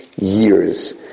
years